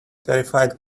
terrified